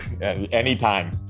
Anytime